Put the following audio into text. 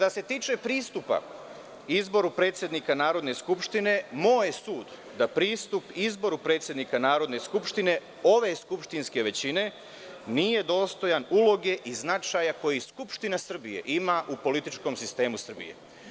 Što se tiče pristupa izboru predsednika Narodne skupštine, moj je sud da pristup izboru predsednika Narodne skupštine ove skupštinske većine nije dostojan uloge i značaja koji Skupština Srbije ima u političkom sistemu Srbije.